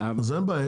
אז אין בעיה.